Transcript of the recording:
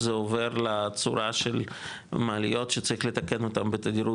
זה עובר לצורה של מעליות שצריך לתקן אותם בתדירות,